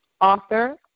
author